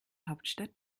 hauptstadt